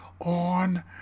on